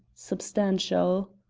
substantial.